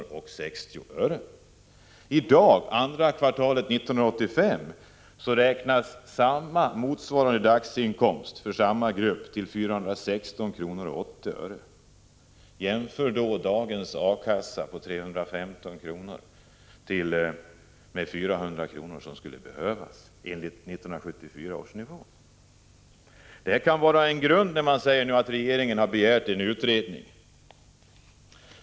I dag, eller rättare sagt andra kvartalet 1985, är motsvarande dagsinkomst för samma grupp 416:80. Jämför då dagens A-kasseersättning på 315 kr. med de 400 kr. som skulle behövas enligt 1974 års nivå. Det kan vara en grund när man säger att regeringen har begärt en utredning.